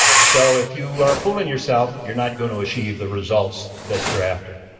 so if you are fooling yourself, you're not gonna achieve the results that you're after.